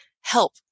help